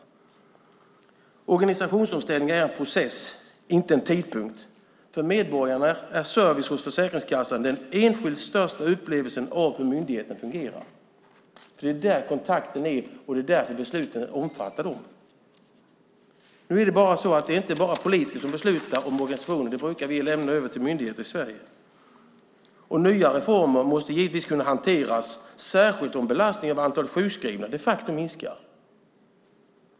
En organisationsomställning är en process, inte en tidpunkt. För medborgarna är service hos Försäkringskassan den enskilt största upplevelsen av hur myndigheten fungerar. Det är där kontakten är, och det är därför besluten omfattar dem. Nu är det så att det inte bara är politiker som beslutar om organisationen. Det brukar vi lämna över till myndigheter i Sverige. Nya reformer måste givetvis kunna hanteras, särskilt om belastningen av antal sjukskrivna de facto minskar.